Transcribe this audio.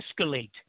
escalate